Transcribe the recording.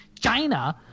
China